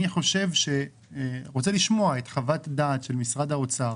אני רוצה לשמוע את חוות הדעת של משרד האוצר